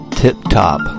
tip-top